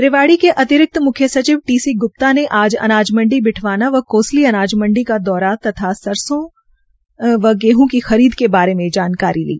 रेवाड़ी के अतिरिक्त मुख्य सचिव टी सी ग्र्प्ता ने आज अनाज मंडी बिठवाना व कोसली अनाज मंत्री का दौरा किया तथा सरसो व गेहं की खरीद के बारे जानकारी ली